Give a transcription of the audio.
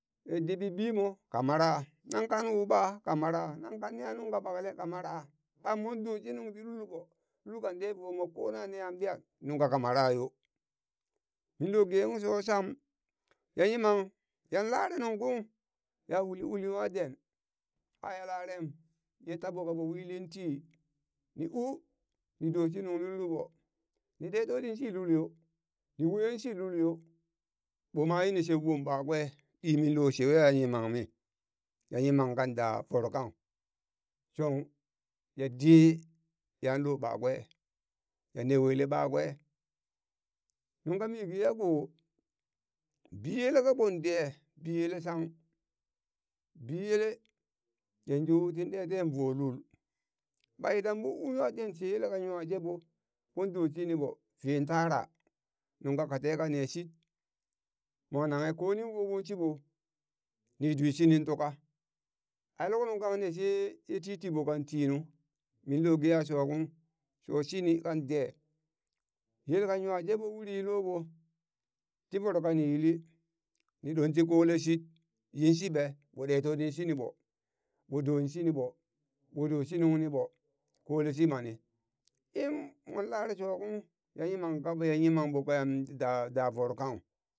de dibi bimo ka mara nan kan wuɓa ka mara, nan kan neha nungka ɓakle ka mara, ɓa mon doshi ningti lul ɓo lul kan ɗe vomo ko na neha biya nungka ka mara yo minlo gehung sho sham ya yimam yan lare nungkung ya uli uli nwa den aya larem ye taɓo kaɓo wilin ti, ni u ni doshi nungti lulɓo ni ɗe toɗi shi lul yo ni wen shi lul yo ɓoma yini sheu ɓon ɓakwe ɗi minlo sheweya ye yimammi ye yimang kan da voro kang shong ya de yan lo ɓakwe ya newele ɓakwe nung kami geya ko, biyele kaɓon de biyele shang, biyele yanzu tin ɗeten vo lul ɓa idan ɓon u nwa den she yel kan nwa jeɓo ɓon dosihiɓo ven tara nung kaka teka neshit mwa nanghe ko nin woɓon shiɓo ni dwishinin tuka ai luk nungkang ne sheye titiɓo kan tii nu minlo geya sho kung sho shini kan de yel kan nwa jeɓo uri yi loɓo ti voro kani yili ni ɗonti kole shit yinshi ɓe mo ɗe toɗi shini ɓo ɓo do shiniɓo ɓo doshi nungni ɓo kole shi mani in mon lare sho kung ya yimam kave ya yimam mbo kayan da da voro kang.